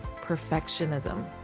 perfectionism